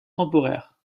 temporaires